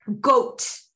goat